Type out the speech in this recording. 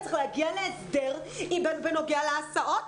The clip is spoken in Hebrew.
צריך להגיע להסדר בנוגע להסעות.